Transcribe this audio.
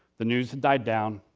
the news had died down.